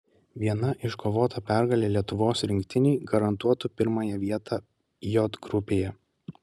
viena iškovota pergalė lietuvos rinktinei garantuotų pirmąją vietą j grupėje